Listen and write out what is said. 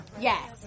Yes